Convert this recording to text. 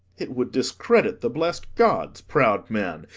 it would discredit the blest gods, proud man,